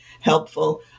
helpful